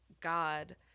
God